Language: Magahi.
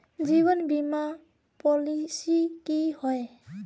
जीवन बीमा पॉलिसी की होय?